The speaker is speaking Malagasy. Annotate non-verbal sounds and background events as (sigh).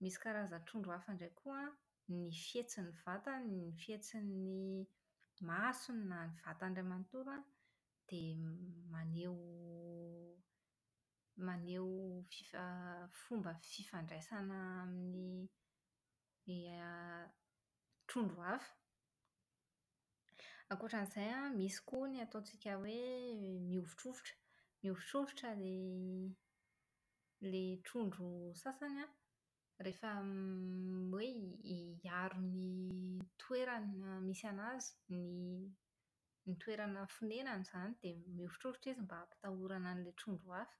Misy karazan-trondro hafa koa an, ny fihetsin'ny vatany, ny fihetsin'ny masony na ny vatany iray manontolo an, dia maneho maneho fifa- fomba fifandraisana amin'ny ny (hesitation) > trondro hafa. Ankoatra an'izay an, misy koa ny ataontsika hoe, mihovitrovitra. Mihovitrovitra ilay ilay ny trondro sasany an rehefa (hesitation) > hoe hi- hiaro ny toerana misy anazy, ny toerana fonenany izany dia mihovitrovitra izy mba hampitahorana an'ilay trondro hafa.